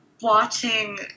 watching